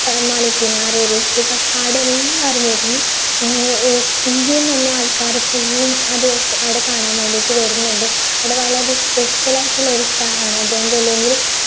മാലിക് ദീനാർ ഉറൂസ് പക്ഷേ ആടെ എല്ലാവരും വരുന്ന് ഇന്ത്യയിലെ തന്നെ ആൾക്കാർ ഫുള്ളും അത് ആടെ കാണാൻ വേണ്ടിയിട്ട് വരുന്നുണ്ട് ആടെ വളരെ സ്പെഷ്യലായിട്ടുള്ളൊരു സ്ഥലമാണ്